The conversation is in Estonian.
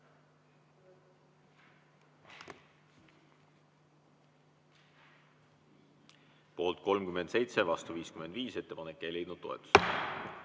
Poolt 37, vastu 55. Ettepanek ei leidnud toetust.